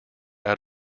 out